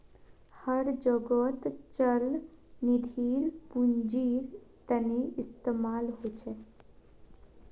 हर जोगोत चल निधिर पुन्जिर तने इस्तेमाल होचे